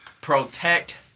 Protect